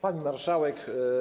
Pani Marszałek!